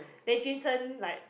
then jun sheng like